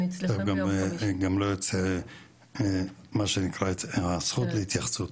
הם גם יקבלו את הזכות להתייחסות,